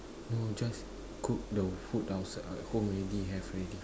no just cook the food out at home already have already food